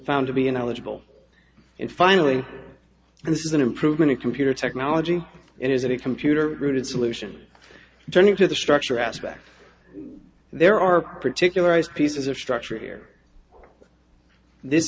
found to be ineligible in finally and this is an improvement in computer technology it is a computer rooted solution turning to the structure aspect there are particular ice pieces or structure here this